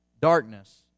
darkness